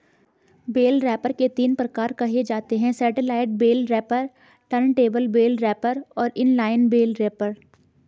bell wrapper के तीन प्रकार कहे जाते हैं satellite bale wrapper, turntable bale wrapper और इन लाइन बेल रैपर